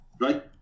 right